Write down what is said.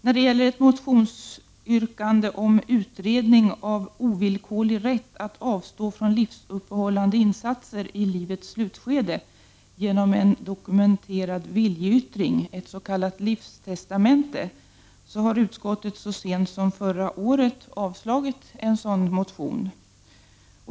När det gäller motionsyrkandet om utredning av ovillkorlig rätt att avstå från livsuppehållande insatser i livets slutskede genom en dokumenterad viljeyttring, ett s.k. livstestamente, har utskottet så sent som förra året avstyrkt en sådan motion.